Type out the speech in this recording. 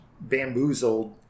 bamboozled